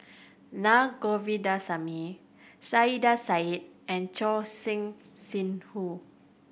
Na Govindasamy Saiedah Said and Choor Singh Sidhu